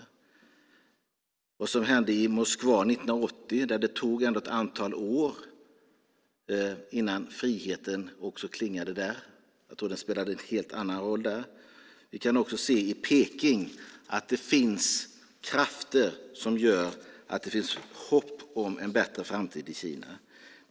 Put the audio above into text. Efter det som hände i Moskva 1980 tog det ändå ett antal år innan friheten klingade också där. Jag tror att det spelade en helt annan roll där. Vi kan i Peking också se att det finns krafter som gör att det finns hopp om en bättre framtid i Kina.